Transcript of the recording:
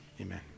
Amen